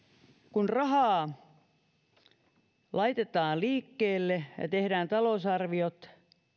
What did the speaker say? kun rahaa laitetaan liikkeelle ja tehdään talousarviot